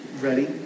ready